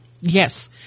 Yes